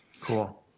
Cool